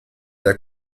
der